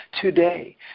today